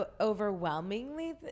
overwhelmingly